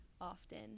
often